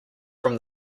from